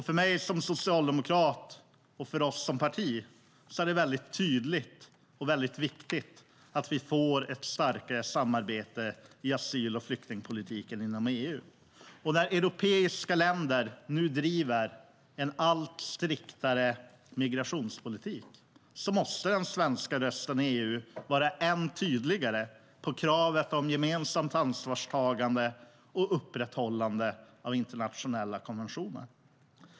För mig som socialdemokrat och för Socialdemokraterna som parti är det mycket viktigt att vi får ett starkare samarbete i asyl och flyktingpolitiken inom EU. När europeiska länder nu driver en allt striktare migrationspolitik måste den svenska rösten i EU vara än tydligare när det gäller kravet på gemensamt ansvarstagande och upprätthållande av internationella konventioner.